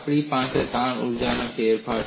આપણી પાસે તાણ ઊર્જામાં ફેરફાર છે